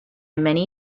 many